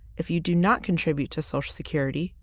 if you do not contribute to social security,